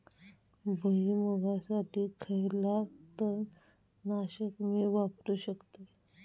भुईमुगासाठी खयला तण नाशक मी वापरू शकतय?